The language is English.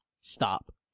stop